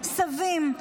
סבים,